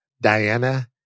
Diana